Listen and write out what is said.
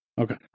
Okay